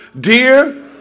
Dear